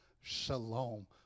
shalom